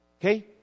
Okay